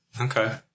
Okay